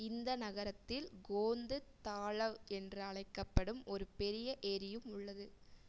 இந்த நகரத்தில் கோந்து தாலவ் என்று அழைக்கப்படும் ஒரு பெரிய ஏரியும் உள்ளது